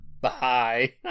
Bye